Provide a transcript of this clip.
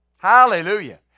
Hallelujah